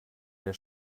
der